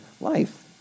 life